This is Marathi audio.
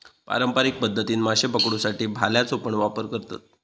पारंपारिक पध्दतीन माशे पकडुसाठी भाल्याचो पण वापर करतत